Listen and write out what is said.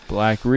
Black